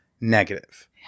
negative